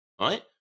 right